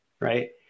Right